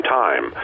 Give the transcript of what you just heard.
time